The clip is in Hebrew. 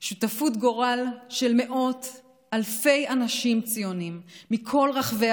שותפות גורל של מאות אלפי אנשים ציונים מכל רחבי